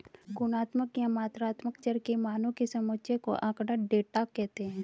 गुणात्मक या मात्रात्मक चर के मानों के समुच्चय को आँकड़ा, डेटा कहते हैं